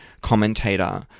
commentator